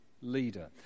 leader